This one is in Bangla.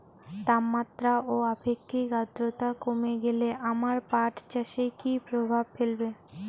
তাপমাত্রা ও আপেক্ষিক আদ্রর্তা কমে গেলে আমার পাট চাষে কী প্রভাব ফেলবে?